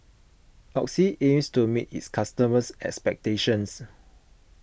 Oxy aims to meet its customers' expectations